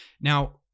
Now